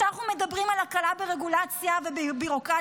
כשאנחנו מדברים על הקלה ברגולציה ובביורוקרטיה,